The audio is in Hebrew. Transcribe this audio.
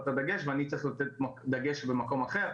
את הדגש ואני צריך לתת את הדגש במקום אחר,